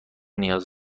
نیاز